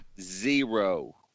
Zero